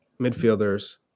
midfielders